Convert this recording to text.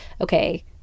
okay